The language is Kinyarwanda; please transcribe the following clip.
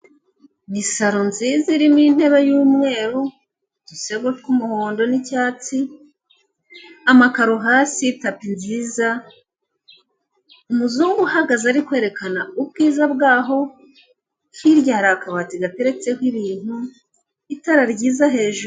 Ni saro nziza irimo intebe y'umweru, udusego tw'umuhondo n'icyatsi, amakaro hasi, tapi nziza, umuzungu uhagaze ari kwerekana ubwiza bwaho, hirya hari akabati gateretseho ibintu, itara ryiza heju.